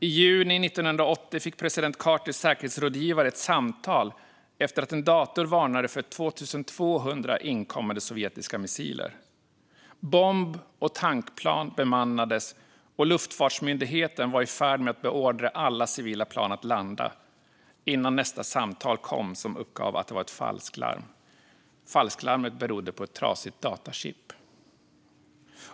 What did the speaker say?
I juni 1980 fick president Carters säkerhetsrådgivare ett samtal efter att en dator varnade för 2 200 inkommande sovjetiska missiler. Bomb och tankplan bemannades, och luftfartsmyndigheten var i färd med att beordra alla civila plan att landa innan nästa samtal kom, som uppgav att det var ett falsklarm. Falsklarmet berodde på ett trasigt datachip.